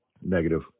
Negative